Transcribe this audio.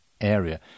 area